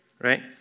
right